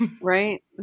right